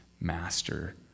master